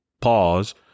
pause